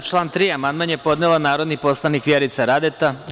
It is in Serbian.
Na član 3. amandman je podnela narodni poslanik Vjerica Radeta.